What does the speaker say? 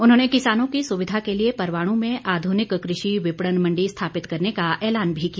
उन्होंने किसानों की सुविधा के लिए परवाणू में आधुनिक कृषि विपणन मण्डी स्थापित करने का ऐलान भी किया